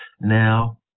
now